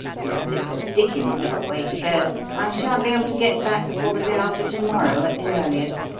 and as it's a dickens of a way to go, i shan't be able to get back before the day after to-morrow at the earliest.